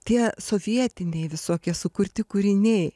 tie sovietiniai visokie sukurti kūriniai